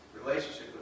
relationship